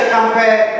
compare